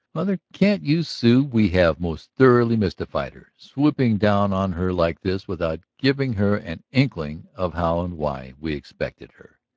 mother, can't you see we have most thoroughly mystified her swooping down on her like this without giving her an inkling of how and why we expected her?